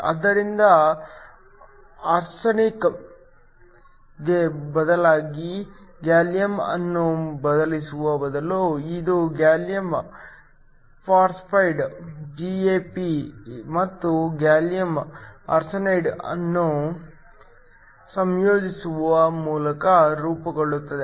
ಆದ್ದರಿಂದ ಆರ್ಸೆನಿಕ್ ಗೆ ಬದಲಿಯಾಗಿ ಗ್ಯಾಲಿಯಂ ಅನ್ನು ಬದಲಿಸುವ ಬದಲು ಇದು ಗ್ಯಾಲಿಯಂ ಫಾಸ್ಫೈಡ್ GaP ಮತ್ತು ಗ್ಯಾಲಿಯಂ ಆರ್ಸೆನೈಡ್ ಅನ್ನು ಸಂಯೋಜಿಸುವ ಮೂಲಕ ರೂಪುಗೊಳ್ಳುತ್ತದೆ